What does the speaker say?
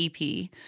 EP